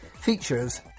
features